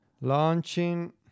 Launching